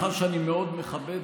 כשדיבר השר עצרתי את